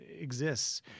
exists